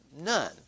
None